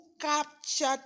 captured